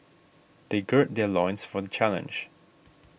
they gird their loins for the challenge